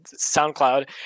soundcloud